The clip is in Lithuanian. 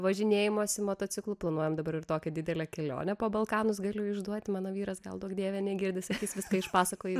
važinėjimosi motociklu planuojam dabar ir tokią didelę kelionę po balkanus galiu išduoti mano vyras gal duok dieve negirdi sakys viską išpasakojai